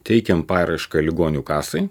teikiam paraišką ligonių kasai